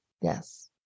Yes